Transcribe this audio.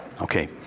Okay